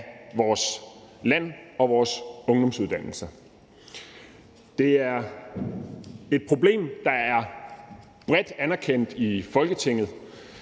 vores land og vores ungdomsuddannelser. Det er et problem, der er bredt anerkendt i Folketinget.